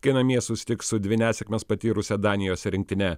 kai namie susitiks su dvi nesėkmes patyrusia danijos rinktine